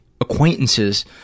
acquaintances